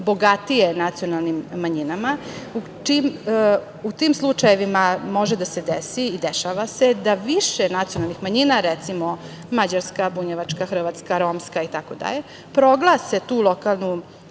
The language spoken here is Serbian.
bogatije nacionalnim manjinama. U tim slučajevima može da se desi i dešava se da više nacionalnih manjina, recimo, mađarska, bunjevačka, hrvatska, romska, itd. proglase tu lokalnu